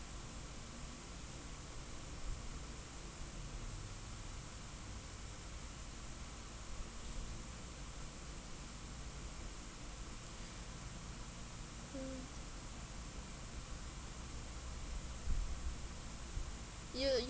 hmm you uh